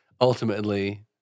ultimately